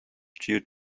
due